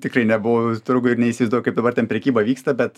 tikrai nebuvau turguj ir neįsivaizduoju kaip dabar ten prekyba vyksta bet